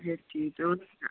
اچھا ٹھیٖک تُہۍ ؤنِو مےٚ